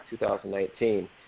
2019